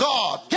God